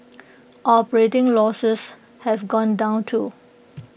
operating losses have gone down too